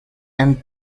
and